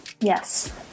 yes